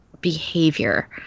behavior